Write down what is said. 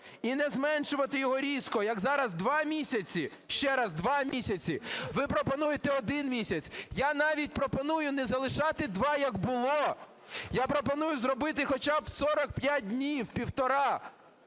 і не зменшувати його різко, як зараз – 2 місяці, ще раз, 2 місяці, ви пропонуєте - 1 місяць. Я навіть пропоную не залишати два, як було, я пропоную зробити хоча б 45 днів – 1,5.